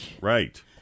right